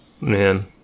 Man